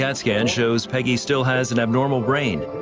and scan shows peggy still has an abnormal brain,